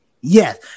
yes